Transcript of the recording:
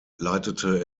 leitete